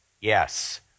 Yes